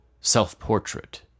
Self-Portrait